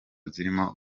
zirimo